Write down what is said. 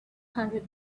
hundred